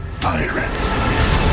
pirates